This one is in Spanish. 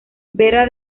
vera